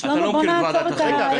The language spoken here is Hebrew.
אתה לא מכיר את ועדת החינוך כנראה.